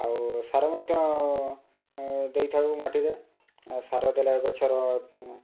ଆଉ ସାର ମଧ୍ୟ ଦେଇଥାଉ ମାଟିରେ ସାର ଦେଲେ ଗଛର